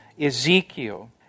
Ezekiel